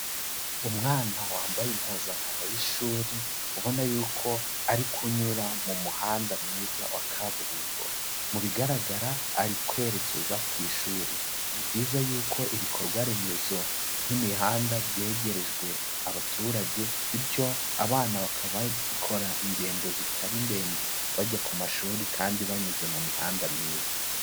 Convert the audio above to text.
Umwana wambaye impuzankano y'ishuri, ubona yuko ari kunyura mu muhanda mwiza wa kaburimbo, mu bigaragara ari kwerekeza ku ishuri, ni byiza yuko ibikorwa remezo nk'imihanda byegerejwe abaturage, bityo abana bakaba bakora ingendo zitari ndende bajya ku mashuri kandi banyuze mu mihanda myiza.